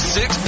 Six